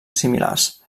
similars